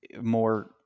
more